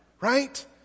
right